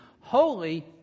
Holy